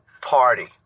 party